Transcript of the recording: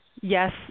yes